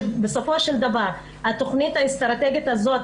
שבסופו של דבר התוכנית האסטרטגית הזאת,